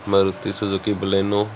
Maruti Suzuki Baleno